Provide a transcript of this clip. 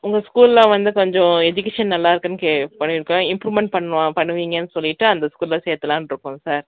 உங்கள் ஸ்கூலில் வந்து கொஞ்சம் எஜிகேஷன் நல்லா இருக்குன்னு கே பண்ணியிருக்கோம் இம்ப்ரூமென்ட் பண்வா பண்ணுவீங்கன்னு சொல்லிட்டு அந்த ஸ்கூலில் சேர்த்துலான்ருக்கோம் சார்